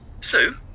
Sue